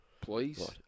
please